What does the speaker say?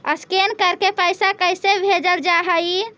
Scan करके पैसा कैसे भेजल जा हइ?